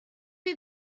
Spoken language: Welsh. chi